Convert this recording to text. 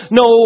no